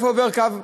איפה עובר קו המים.